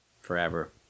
Forever